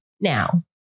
now